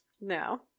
No